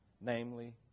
namely